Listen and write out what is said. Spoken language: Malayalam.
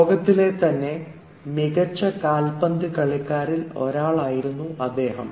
ലോകത്തിലെ തന്നെ മികച്ച കാൽപന്ത് കളിക്കാരിൽ ഒരാളായിരുന്നു അദ്ദേഹം